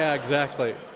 ah exactly,